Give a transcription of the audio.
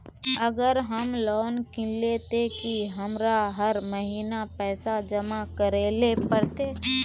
अगर हम लोन किनले ते की हमरा हर महीना पैसा जमा करे ले पड़ते?